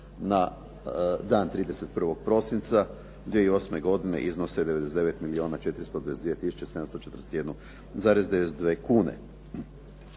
na dan 31. prosinca 2008. godine iznose 99 milijuna